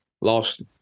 lost